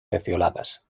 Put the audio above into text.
pecioladas